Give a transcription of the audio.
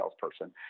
salesperson